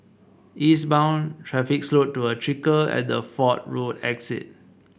eastbound traffic slowed to a trickle at the Fort Road exit